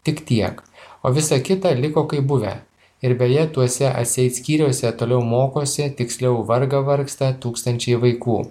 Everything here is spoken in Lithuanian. tik tiek o visa kita liko kaip buvę ir beje tuose atseit skyriuose toliau mokosi tiksliau vargą vargsta tūkstančiai vaikų